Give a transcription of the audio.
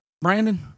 Brandon